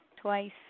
Twice